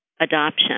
adoption